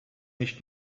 nicht